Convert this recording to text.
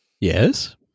Yes